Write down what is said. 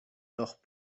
leurs